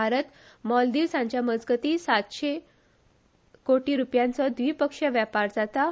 भारत मालदीवज हांच्या मजगती सातशे कोटी रुपयांचो व्दिपक्षीय व्यापार जाता